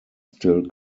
still